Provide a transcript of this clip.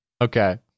Okay